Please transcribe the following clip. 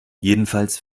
jedenfalls